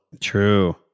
true